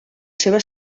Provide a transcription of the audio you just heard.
seva